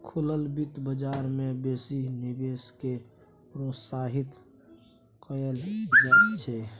खुलल बित्त बजार मे बेसी निवेश केँ प्रोत्साहित कयल जाइत छै